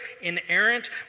inerrant